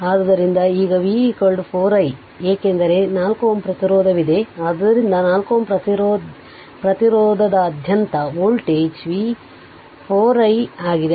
ಆದ್ದರಿಂದ ಈಗ V 4 i ಏಕೆಂದರೆ 4 Ω ಪ್ರತಿರೋಧವಿದೆ ಆದ್ದರಿಂದ 4 Ω ಪ್ರತಿರೋಧದಾದ್ಯಂತ ವೋಲ್ಟೇಜ್ V 4 i ಆಗಿದೆ